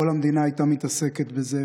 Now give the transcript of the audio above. כל המדינה הייתה מתעסקת בזה,